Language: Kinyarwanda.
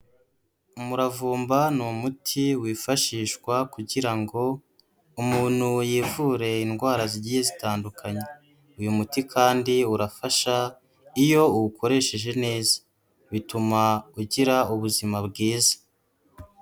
Umuravumba ni umuti wifashishwa kugira ngo umuntu yivure indwara zigiye zitandukanye, uyu muti kandi urafasha iyo uwukoresheje neza, bituma ugira ubuzima bwiza.